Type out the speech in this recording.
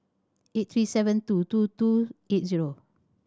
eight three seven two two two eight zero